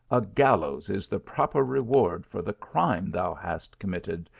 a gallows is the proper reward for the crime thou hast committed,